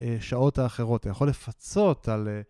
שעות האחרות, אני יכול לפצות על...